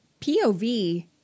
POV